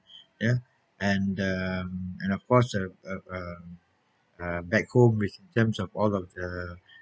ya and um and of course um um um uh back home with terms of all of the